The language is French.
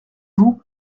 vous